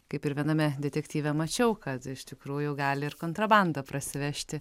kaip ir viename detektyve mačiau kad iš tikrųjų gali ir kontrabandą prasivežti